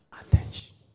attention